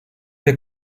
der